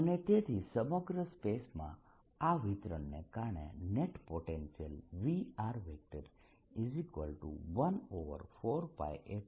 અને તેથી સમગ્ર સ્પેસમાં આ વિતરણને કારણે નેટ પોટેન્શિયલ V14π0p r